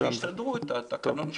אז שיסדרו את התקנון שלהם.